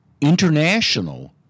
international